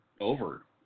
over